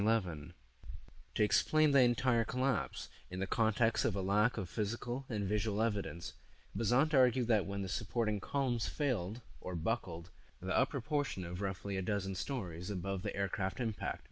eleven to explain the entire collapse in the context of a lack of physical and visual evidence designed to argue that when the supporting columns failed or buckled the upper portion of roughly a dozen stories above the aircraft impact